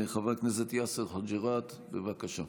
חבר הכנסת יאסר חוג'יראת, בבקשה.